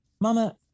mama